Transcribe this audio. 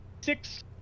six